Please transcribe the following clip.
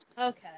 Okay